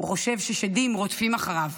הוא חושב ששדים רודפים אחריו,